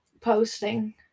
posting